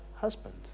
husband